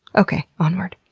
okay. onward.